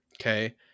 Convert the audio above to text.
okay